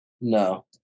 No